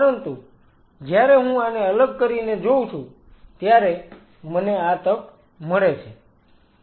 પરંતુ જ્યારે હું આને અલગ કરીને જોંઉ છુ ત્યારે મને આ તક મળે છે